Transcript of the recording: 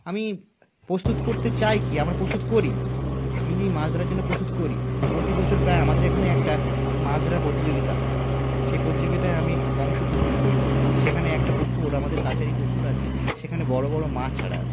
আমি প্রস্তুত করতে চাই কী আমরা প্রস্তুত করি আমি যেই মাছ ধরার জন্য প্রস্তুত করি পোতি বছর তাই প্রায় আমাদের এখানে একটা মাছ ধরার প্রতিযোগিতা হয় সেই প্রতিযোগিতায় আমি অংশগ্রহণ করি সেখানে একটা পুকুর আমাদের কাছেরই পুকুর আছে সেখানে বড়ো বড়ো মাছ ছাড়া আছে